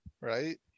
Right